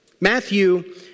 Matthew